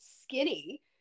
skinny